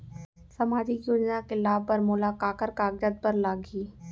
सामाजिक योजना के लाभ बर मोला काखर कागजात बर लागही?